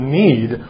need